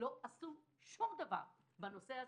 לא עשו שום דבר בנושא הזה,